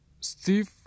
Steve